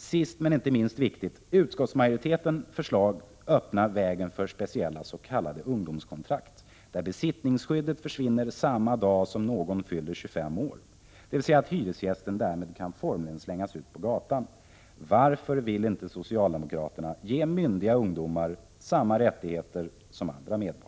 sist, men inte minst viktigt: Utskottsmajoritetens förslag öppnar vägen för speciella s.k. ungdomskontrakt, där besittningsskyddet försvinner samma dag som någon fyller 25 år, dvs. att hyresgästen därmed formligen kan slängas ut på gatan. Varför vill inte socialdemokraterna ge myndiga ungdomar samma rättigheter som andra medborgare?